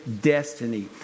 destiny